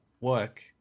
work –